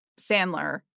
Sandler